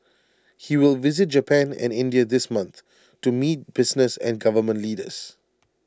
he will visit Japan and India this month to meet business and government leaders